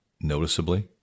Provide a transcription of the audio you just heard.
noticeably